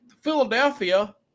Philadelphia